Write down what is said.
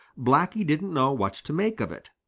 blacky didn't know what to make of it.